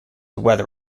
weather